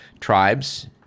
tribes